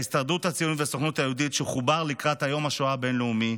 ההסתדרות הציונית והסוכנות היהודית שחובר ליום השואה הבין-לאומי,